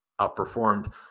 outperformed